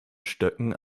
stöcken